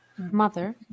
mother